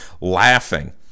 laughing